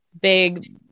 Big